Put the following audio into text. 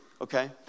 Okay